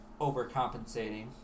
overcompensating